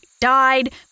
died